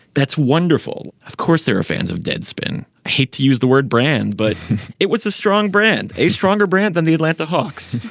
that's wonderful. of course there are fans of deadspin. hate to use the word brand but what's a strong brand. a stronger brand than the atlanta hawks